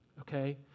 Okay